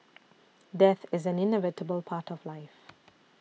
death is an inevitable part of life